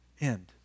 end